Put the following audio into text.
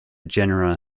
genera